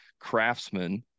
craftsmen